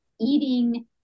eating